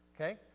Okay